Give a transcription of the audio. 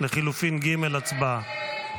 לחלופין ג', הצבעה.